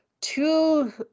two